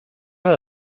ever